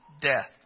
death